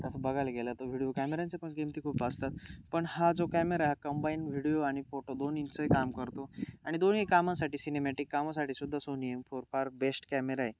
तसं बघायला गेला तो व्हिडिओ कॅमेऱ्यांचे पण किमती खूप असतात पण हा जो कॅमेरा हा कंबाईन व्हिडिओ आणि फोटो दोन्हींचंही काम करतो आणि दोन्ही कामासाठी सिनेमॅटिक कामासाठी सुद्धा सोनी एम फोर फार बेस्ट कॅमेरा आहे